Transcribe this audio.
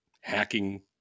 hacking